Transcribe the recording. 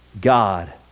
God